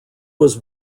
was